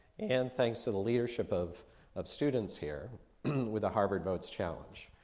and thanks to the leadership of of students here with a harvard votes challenge,